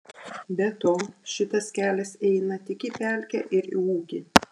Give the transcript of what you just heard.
be to šitas kelias eina tik į pelkę ir į ūkį